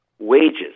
Wages